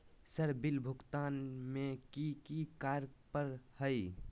Sir bill भुगतान में की की कार्य पर हहै?